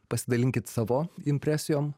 pasidalinkit savo impresijom